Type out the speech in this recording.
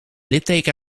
litteken